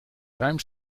ruim